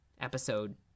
episode